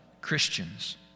Christians